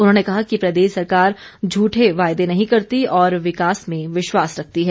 उन्होंने कहा कि प्रदेश सरकार झूठे वायदे नहीं करती और विकास में विश्वास रखती है